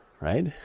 right